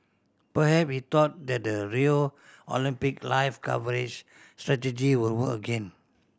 perhaps he thought that the Rio Olympics live coverage strategy will work again